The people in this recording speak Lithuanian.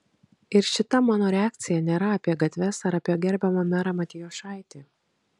ir šita mano reakcija nėra apie gatves ar apie gerbiamą merą matijošaitį